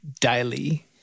daily